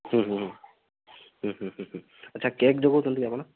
ହୁଁ ହୁଁ ହୁଁ ହୁଁ ହୁଁ ହୁଁ ଆଚ୍ଛା କେକ୍ ଯୋଗାଉଛନ୍ତି କି ଆପଣ